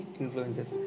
influences